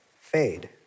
fade